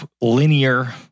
linear